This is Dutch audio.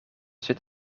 zit